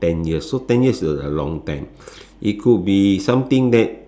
ten years so ten years is a long time it could be something that